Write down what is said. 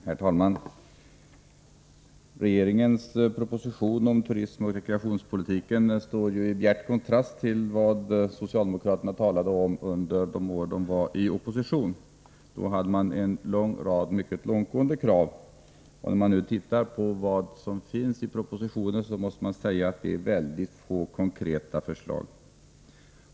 Herr talman! Regeringens proposition om turistoch rekreationspolitiken står i bjärt kontrast till vad socialdemokraterna talade om under de år de var i opposition, då de hade en lång rad mycket långtgående krav. Om man ser på vad propositionen innehåller måste man konstatera att där finns mycket få konkreta förslag.